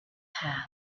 path